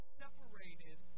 separated